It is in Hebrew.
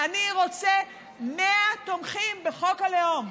אני רוצה 100 תומכים בחוק הלאום,